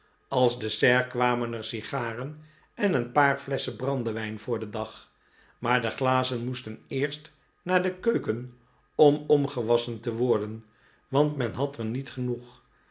als dessert kwamen er sigaren en een paar flesschen brandewijn voor den dag maar de glazen moesten eerst naar de keuken om omgewasschen te worden want men had er niet genoeg